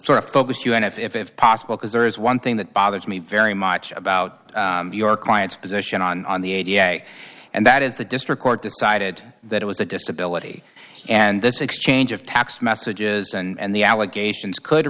sort of focus you and if possible because there is one thing that bothers me very much about your client's position on the a b a and that is the district court decided that it was a disability and this exchange of tax messages and the allegations could